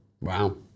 Wow